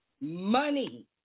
money